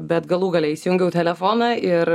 bet galų gale įsijungiau telefoną ir